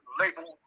label